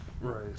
right